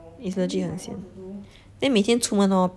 it's legit 很 sian then 每天出门 hor